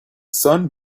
sun